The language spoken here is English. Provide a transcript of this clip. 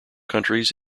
countries